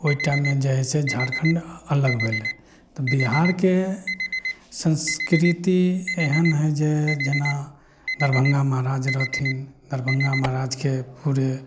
ओइ टाइममे जे हइ से झारखण्ड अलग भेलय तऽ बिहारके संस्कृति एहन हइ जे जेना दरभंगा महाराज रहथिन दरभंगा महाराजके पूरे